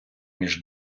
між